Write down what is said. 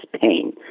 pain